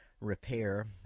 repair